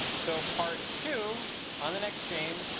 so part two on the next stream.